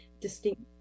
distinct